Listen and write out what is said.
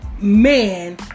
man